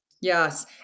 Yes